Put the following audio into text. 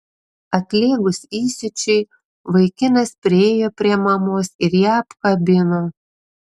atlėgus įsiūčiui vaikinas priėjo prie mamos ir ją apkabino